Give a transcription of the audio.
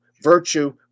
virtue